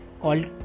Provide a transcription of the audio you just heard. called